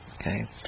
Okay